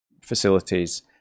facilities